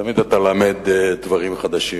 תמיד אתה למד דברים חדשים.